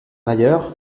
ailleurs